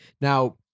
Now